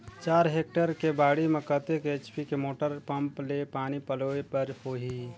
चार हेक्टेयर के बाड़ी म कतेक एच.पी के मोटर पम्म ले पानी पलोय बर होही?